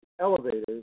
elevators